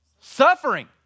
suffering